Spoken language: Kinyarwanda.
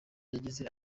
yagize